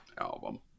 album